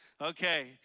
Okay